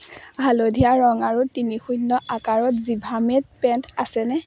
হালধীয়া ৰঙ আৰু তিনি শূন্য আকাৰত জিভামেত পেণ্ট আছেনে